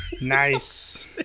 nice